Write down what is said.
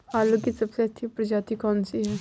आलू की सबसे अच्छी प्रजाति कौन सी है?